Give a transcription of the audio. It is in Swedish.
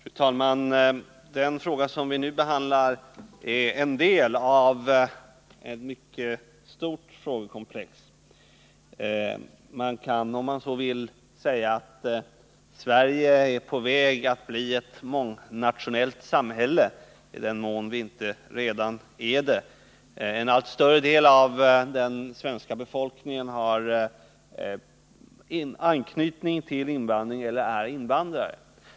Fru talman! Den fråga som vi nu behandlar är en del av ett mycket stort frågekomplex. Man kan om man så vill säga att Sverige är på väg att bli ett mångnationellt samhälle, i den mån vårt land inte redan är det. En allt större del av den svenska befolkningen har anknytning till invandring eller är invandrare.